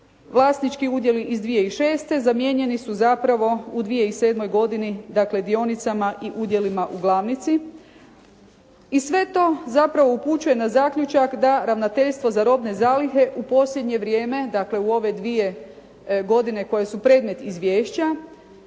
vlasnički udjeli iz 2006. zamijenjeni su zapravo u 2007. godini dakle dionicama i udjelima u glavnici i sve to zapravo upućuje na zaključak da Ravnateljstvo za robne zalihe u posljednje vrijeme, dakle u ove dvije godine koje su predmet izvješća